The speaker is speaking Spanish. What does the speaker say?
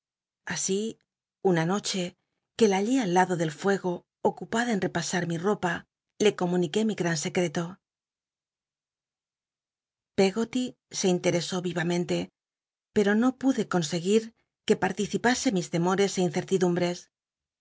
así ulil noche que la hallé al lado del fuego ocupada en repasar mi ropa le com uniqué mi gran secreto l eggoty se interesó yi amentc pero no pude conseguir que participase mis temores é incertidumbl'es